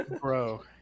Bro